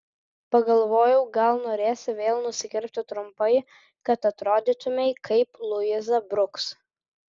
pagalvojau gal norėsi vėl nusikirpti trumpai kad atrodytumei kaip luiza bruks